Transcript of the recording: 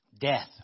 death